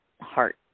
heart